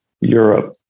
Europe